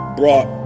brought